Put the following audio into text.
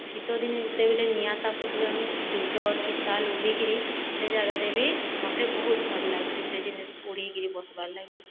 ଶୀତ ଦିନେ ଯେତେବେଳେ ନିଆଁ ତାପୁ ଥୁସନ୍ ସିଉଟର କି ସାଲ ଉଢ଼ାଇକିରି ସେ ଜାଗାରେ ବି ମୋତେ ବହୁତ ଭଲ୍ ଲାଗ୍ସି ସେ ଜିନିଷ ଉଢ଼ାକିରି ବସ୍ବାର ଲାଗି